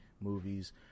movies